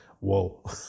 whoa